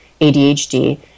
ADHD